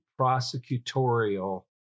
prosecutorial